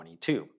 2022